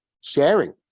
sharing